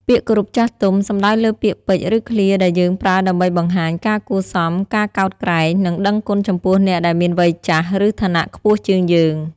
ពាក្យគោរពចាស់ទុំ សំដៅលើពាក្យពេចន៍ ឬឃ្លាដែលយើងប្រើដើម្បីបង្ហាញការគួរសម ការកោតក្រែង និងដឹងគុណចំពោះអ្នកដែលមានវ័យចាស់ ឬឋានៈខ្ពស់ជាងយើង។